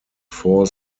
four